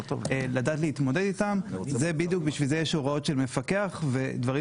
זה גם הופך להיות זאב זאב.